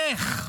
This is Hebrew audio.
איך?